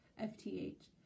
F-T-H